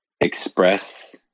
express